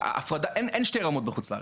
אין שתי רמות בחוץ לארץ,